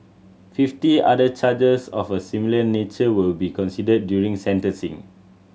fifty other charges of a similar nature will be considered during sentencing